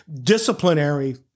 disciplinary